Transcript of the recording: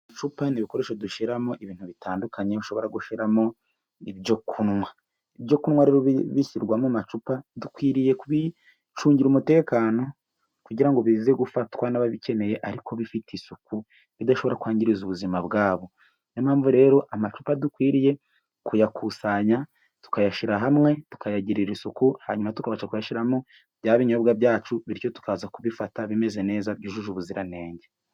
Icupa ni ibikoresho dushyiramo ibintu bitandukanye, ushobora gushiramo ibyo kunywa, ibyo kunywa bishyirwa mumamacupa dukwiriye kubicungira umutekano kugira ngo bize gufatwa n'ababikeneye ariko bifite isuku idashobora kwangiza ubuzima bwabo, niyo mpamvu rero amacupa dukwiriye kuyakusanya tukayashyira hamwe tukayagirira isuku hanyuma tukabasha kuyashyiramo bya binyobwa byacu bityo tukaza kubifata bimeze neza byujuje ubuziranenge.